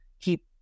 keep